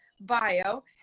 bio